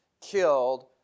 killed